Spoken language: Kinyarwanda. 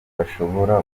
bashobora